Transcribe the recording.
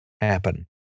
happen